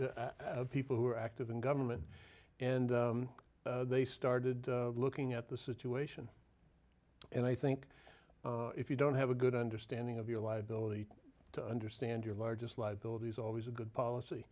active people who are active in government and they started looking at the situation and i think if you don't have a good understanding of your liability to understand your largest liabilities always a good policy